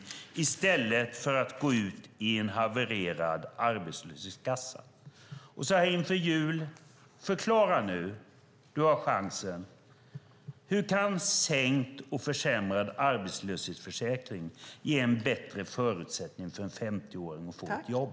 Det kan vi göra i stället för att de ska gå ut i en havererad arbetslöshetskassa. Så här inför jul: Förklara nu! Du har chansen. Hur kan sänkt och försämrad arbetslöshetsförsäkring ge bättre förutsättning för en femtioåring att få ett jobb?